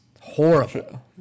Horrible